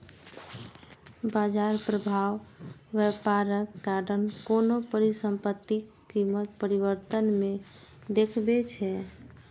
बाजार प्रभाव व्यापारक कारण कोनो परिसंपत्तिक कीमत परिवर्तन मे देखबै छै